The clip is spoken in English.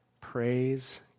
Praise